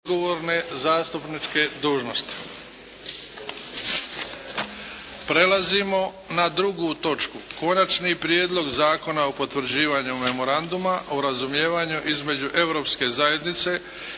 **Bebić, Luka (HDZ)** Prelazimo na drugu točku. 2. Prijedlog zakona o potvrđivanju Memoranduma o razumijevanju između Europske zajednice